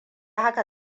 haka